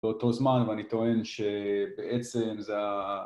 באותו זמן ואני טוען שבעצם זה ה...